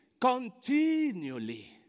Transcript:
continually